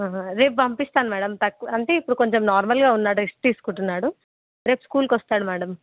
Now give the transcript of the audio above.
రేపు పంపిస్తాను మ్యాడమ్ తక్కు అంటే ఇప్పుడు కొంచం నార్మల్గా ఉన్నాడు రెస్ట్ తీసుకుంటున్నాడు రేపు స్కూల్కి వస్తాడు మ్యాడమ్